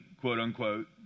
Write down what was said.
quote-unquote